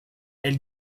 elle